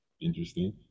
Interesting